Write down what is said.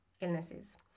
illnesses